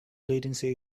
latency